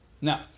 Now